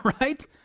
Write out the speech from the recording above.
right